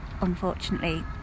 unfortunately